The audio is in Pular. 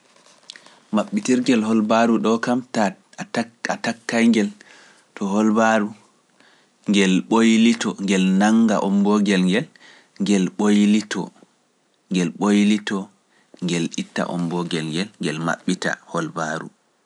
Maɓɓitirgel holbaaru ɗo kam taa a takka ngeel to holbaaru, ngeel ɓoylito, ngeel nannga ombo gel ngel, ngeel ɓoylito ngeel ɓoylito, ngeel itta ombo gel ngel, ngel maɓɓita holbaaru.